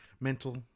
mental